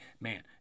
man